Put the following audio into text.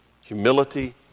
Humility